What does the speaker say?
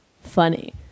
funny